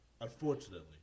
Unfortunately